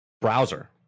browser